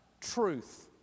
truth